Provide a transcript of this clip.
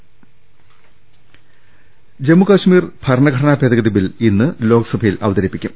ൾ ൽ ൾ ജമ്മു കശ്മീർ ഭരണഘടനാ ഭേദഗതി ബിൽ ഇന്ന് ലോക്സഭ യിൽ അവതരിപ്പിക്കും